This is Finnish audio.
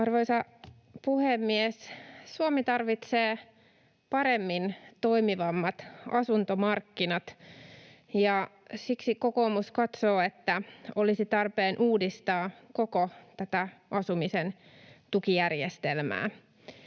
Arvoisa puhemies! Suomi tarvitsee paremmin toimivat asuntomarkkinat, ja siksi kokoomus katsoo, että olisi tarpeen uudistaa koko tätä asumisen tukijärjestelmää.